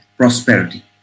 Prosperity